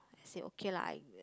I say okay lah I